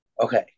Okay